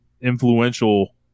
influential